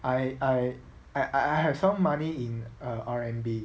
I I I I have some money in err R_M_B